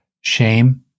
shame